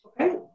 Okay